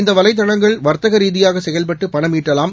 இந்தவளைதளங்கள் வர்த்தகரீதியாகசெயல்பட்டுபணம் ஈட்டலாம்